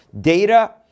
data